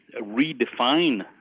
redefine